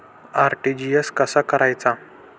RTGS कसा करायचा?